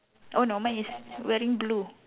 oh no mine is wearing blue